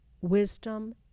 wisdom